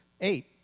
Eight